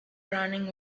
running